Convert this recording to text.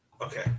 Okay